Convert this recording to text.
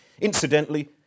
incidentally